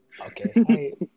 Okay